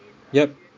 yup